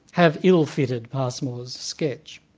have ill fitted passmore's sketch.